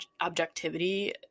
objectivity